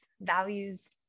values